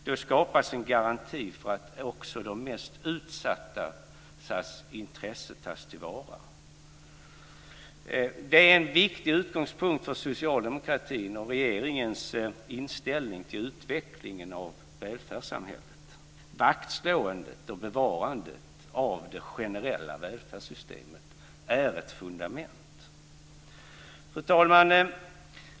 Det skapas en garanti för att också de mest utsattas intressen tas till vara. Det är en viktig utgångspunkt för socialdemokratin och regeringens inställning till utvecklingen av välfärdssamhället. Vaktslåendet och bevarandet av det generella välfärdssystemet är ett fundament. Fru talman!